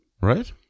right